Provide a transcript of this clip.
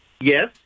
Yes